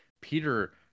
Peter